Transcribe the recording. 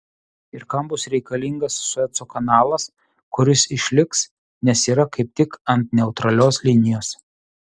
ir kam bus reikalingas sueco kanalas kuris išliks nes yra kaip tik ant neutralios linijos